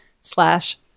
slash